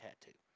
tattoo